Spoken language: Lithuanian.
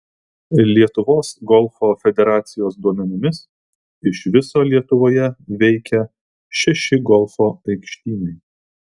lietuvos golfo federacijos duomenimis iš viso lietuvoje veikia šeši golfo aikštynai